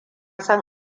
san